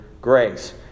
grace